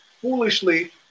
foolishly